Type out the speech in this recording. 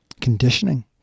conditioning